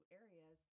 areas